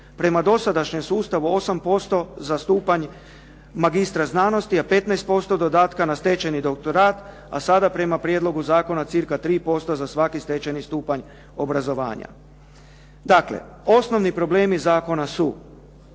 Prema dosadašnjem sustavu 8% za stupanj magistra znanosti, a 15% dodatka na stečeni doktorat, a sada prema prijedlogu zakona cca 3% za svaki stečeni stupanj obrazovanja. Dakle, osnovni problemi zakona su